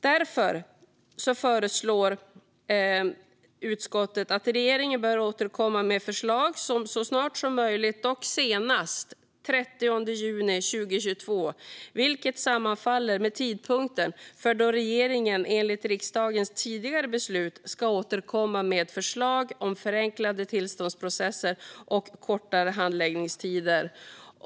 Därför föreslår utskottet att regeringen ska återkomma med förslag så snart som möjligt, dock senast den 30 juni 2022, vilket sammanfaller med tidpunkten för då regeringen enligt riksdagens tidigare beslut ska återkomma med förslag om förenklade tillståndsprocesser och kortare handläggningstider.